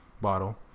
bottle